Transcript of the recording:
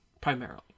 primarily